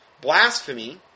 Blasphemy